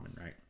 right